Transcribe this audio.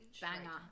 banger